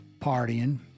partying